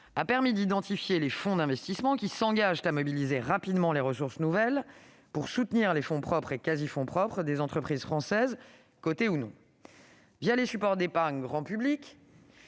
a permis d'identifier les fonds d'investissement qui s'engagent à mobiliser rapidement des ressources nouvelles pour soutenir les fonds propres et quasi-fonds propres des entreprises françaises, cotées ou non. les supports d'épargne grand public,